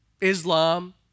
Islam